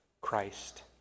Christ